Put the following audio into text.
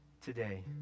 today